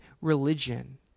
religion